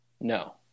No